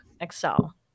excel